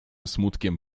smutkiem